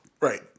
Right